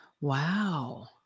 Wow